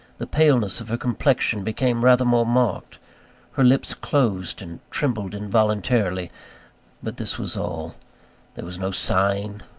the paleness of her complexion became rather more marked her lips closed and trembled involuntarily but this was all there was no sighing,